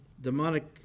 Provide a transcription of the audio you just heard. demonic